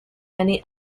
many